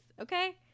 okay